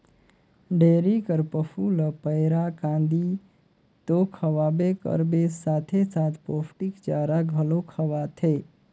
dairy कर पसू ल पैरा, कांदी तो खवाबे करबे साथे साथ पोस्टिक चारा घलो खवाथे